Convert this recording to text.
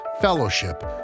fellowship